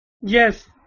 Yes